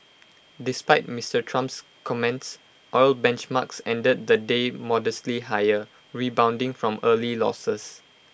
despite Mister Trump's comments oil benchmarks ended the day modestly higher rebounding from early losses